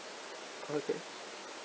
okay